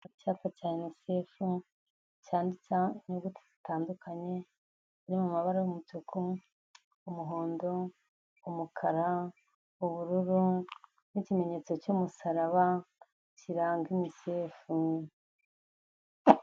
Icyapa cya UNICEF cyanditseho inyuguti zitandukanye, ziri mu mabara y'umutuku, umuhondo, umukara, ubururu n'imenyetso cy'umusaraba kiranga UNICEF.